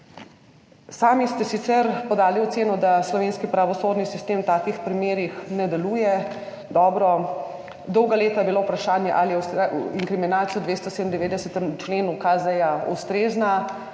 Sami ste sicer podali oceno, da slovenski pravosodni sistem v takih primerih ne deluje dobro. Dolga leta je bilo vprašanje, ali je inkriminacija v 297. členu KZ ustrezna